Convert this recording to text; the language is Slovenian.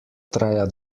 traja